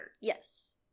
yes